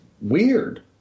weird